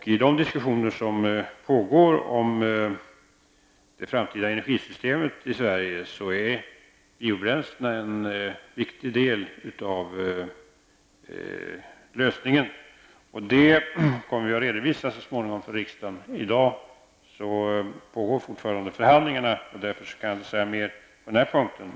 I de diskussioner som pågår om det framtida energisystemet i Sverige utgör biobränslena en viktig del av lösningen. Detta kommer vi så småningom att redovisa för riksdagen. I dag pågår fortfarande förhandlingarna, och jag kan därför inte säga mer på den här punkten.